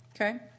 Okay